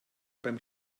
beim